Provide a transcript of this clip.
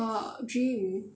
your dream